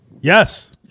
yes